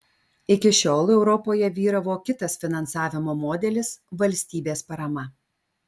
iki šiol europoje vyravo kitas finansavimo modelis valstybės parama